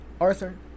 Arthur